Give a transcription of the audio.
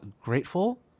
grateful